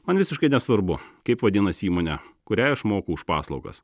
man visiškai nesvarbu kaip vadinasi įmonė kuriai aš moku už paslaugas